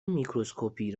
میکروسکوپی